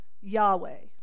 Yahweh